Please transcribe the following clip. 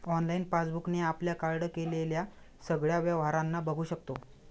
online passbook ने आपल्या card केलेल्या सगळ्या व्यवहारांना बघू शकतो